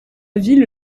ville